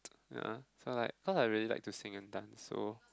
ya so like cause I really like to sing and dance so